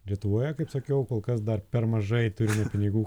lietuvoje kaip sakiau kol kas dar per mažai turime pinigų